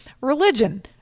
religion